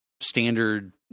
standard